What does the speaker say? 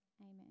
Amen